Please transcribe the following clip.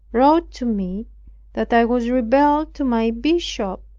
wrote to me that i was rebel to my bishop,